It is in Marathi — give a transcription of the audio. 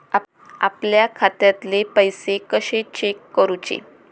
आपल्या खात्यातले पैसे कशे चेक करुचे?